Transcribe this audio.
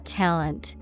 talent